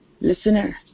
listener